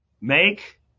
Make